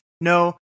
No